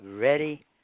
ready